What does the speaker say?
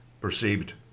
perceived